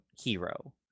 hero